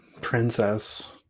princess